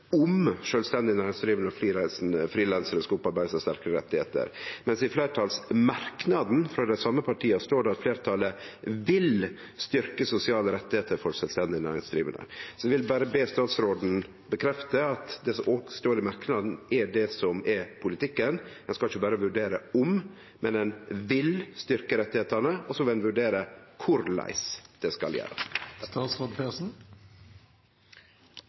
om selvstendig næringsdrivende og frilansere skal opparbeide seg sterkere rettigheter». Men i fleirtalsmerknaden frå dei same partia står det: «Flertallet vil styrke sosiale rettigheter for selvstendig næringsdrivende». Eg vil be statsråden bekrefte at det som står i merknaden, er det som er politikken – ein skal ikkje berre vurdere «om», men ein «vil» styrkje rettane, og så vil ein vurdere korleis det skal gjerast.